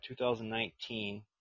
2019